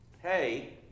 Hey